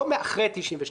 לא אחרי 92',